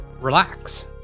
relax